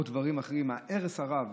ההרס הרב.